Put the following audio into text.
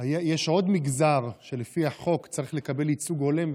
יש עוד מגזר שלפי החוק צריך לקבל ייצוג הולם,